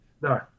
No